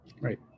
Right